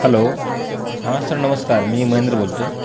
hello हां sir नमस्कार मी महेंद्र बोलतो आहे